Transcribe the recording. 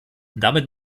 damit